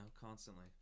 constantly